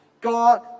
God